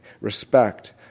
respect